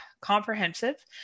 comprehensive